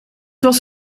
was